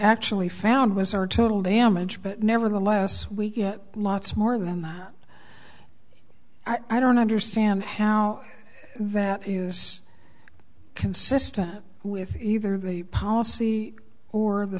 actually found was our total damage but nevertheless we get lots more than that i don't understand how that is consistent with either the policy or the